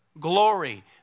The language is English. glory